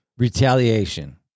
Retaliation